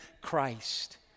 Christ